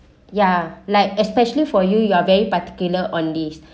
ya like especially for you you're very particular on this